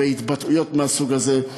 בהתבטאויות מהסוג הזה.